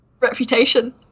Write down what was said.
Reputation